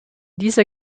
dieser